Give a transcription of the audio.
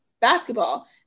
basketball